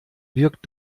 wirkt